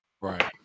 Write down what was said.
Right